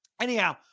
Anyhow